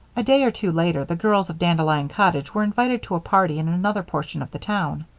a day or two later, the girls of dandelion cottage were invited to a party in another portion of the town.